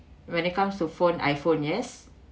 when it comes to phone I_phone yes